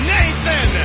Nathan